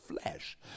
flesh